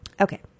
Okay